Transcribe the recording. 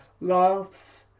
laughs